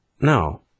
no